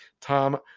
Tom